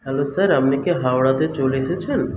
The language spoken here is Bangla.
হ্যালো স্যার আপনি কি হাওড়াতে চলে এসেছেন